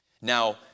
Now